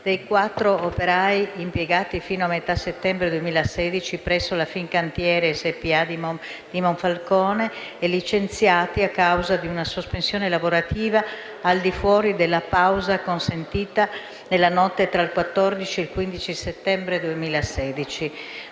di quattro operai impiegati, fino a metà settembre 2016, presso la Fincantieri SpA di Monfalcone e licenziati a causa di una sospensione lavorativa al di fuori della pausa consentita nella notte tra il 14 e il 15 settembre 2016.